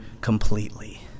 completely